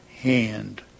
hand